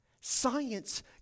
Science